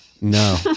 No